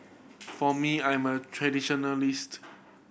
for me I'm a traditionalist